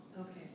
Okay